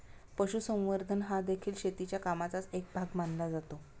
पशुसंवर्धन हादेखील शेतीच्या कामाचाच एक भाग मानला जातो